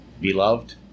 Beloved